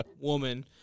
woman